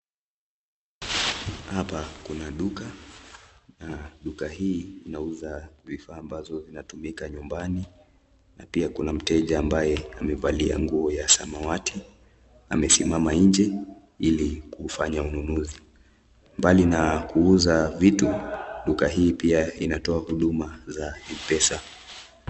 Hapa kuna duka na duka hii inauza vifaa ambazo zinatumika nyumbani na pia kuna mteja ambaye amevalia nguo ya samawati ,amesimama nje hili kufanya ununuzi. Mbali na kuuza vitu duka hii pia inatoa huduma za pesa.